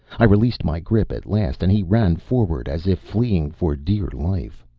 i released my grip at last and he ran forward as if fleeing for dear life.